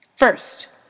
First